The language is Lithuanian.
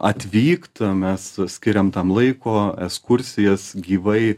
atvykt mes skiriam tam laiko ekskursijas gyvai